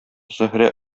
зөһрә